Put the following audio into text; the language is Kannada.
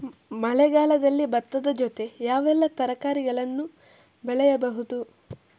ಮಳೆಗಾಲದಲ್ಲಿ ಭತ್ತದ ಜೊತೆ ಯಾವೆಲ್ಲಾ ತರಕಾರಿಗಳನ್ನು ಬೆಳೆಯಬಹುದು?